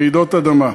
רעידות אדמה,